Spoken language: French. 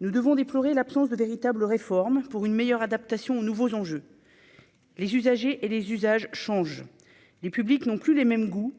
nous devons déplorer l'absence de véritables réformes pour une meilleure adaptation aux nouveaux enjeux, les usagers et les usages change les publics non plus les mêmes goûts